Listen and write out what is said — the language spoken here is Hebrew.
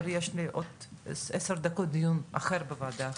יש לי בעוד עשר דקות דיון אחר בוועדה אחרת,